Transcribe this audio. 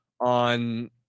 on